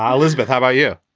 um elizabeth, how about you?